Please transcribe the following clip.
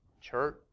church